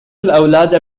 الأولاد